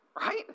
Right